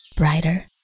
Brighter